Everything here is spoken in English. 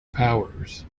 powers